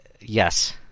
Yes